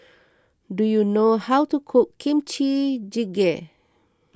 do you know how to cook Kimchi Jjigae